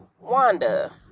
Wanda